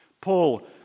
Paul